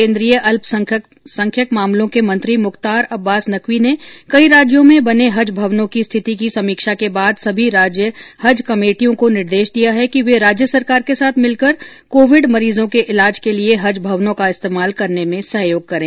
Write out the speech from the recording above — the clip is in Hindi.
केन्द्रीय अल्पसंख्यक मामलों के मंत्री मुख्तार अब्बास नकवी ने कई राज्यों में बने हज भवनों की स्थिति की समीक्षा के बाद सभी राज्य हज कमेटियों को निर्देश दिया है कि वे राज्य सरकार के साथ मिलकर कोविड मरीजों के इलाज के लिए हज भवनों का इस्तेमाल करने में सहयोग करें